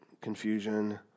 confusion